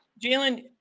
jalen